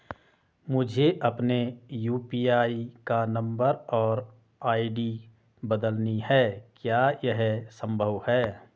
मुझे अपने यु.पी.आई का नम्बर और आई.डी बदलनी है क्या यह संभव है?